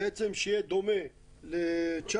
בעצם שיהיה דומה ל-19,